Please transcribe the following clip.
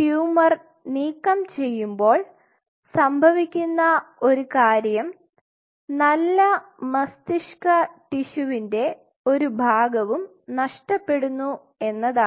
tumour നീക്കം ചെയ്യുമ്പോൾ സംഭവിക്കുന്ന ഒരു കാര്യം നല്ല മസ്തിഷ്ക ടിഷ്യുവിൻറെ ഒരു ഭാഗവും നഷ്ടപ്പെടുന്നു എന്നതാണ്